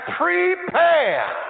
prepare